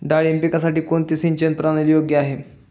डाळिंब पिकासाठी कोणती सिंचन प्रणाली योग्य आहे?